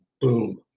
boom